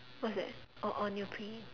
what's that oh oh need to pee